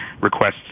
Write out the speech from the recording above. requests